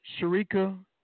Sharika